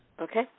Okay